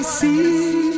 see